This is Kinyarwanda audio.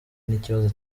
n’ikibazo